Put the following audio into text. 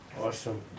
Awesome